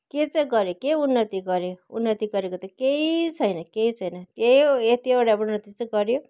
के चाहिँ गऱ्यो के उन्नति गर्यो उन्नति गरेको त केही छैन केही छैन यही हो यति एउटा उन्नति चाहिँ गर्यो